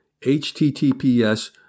HTTPS